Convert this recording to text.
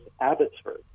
Abbotsford